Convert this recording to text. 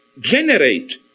generate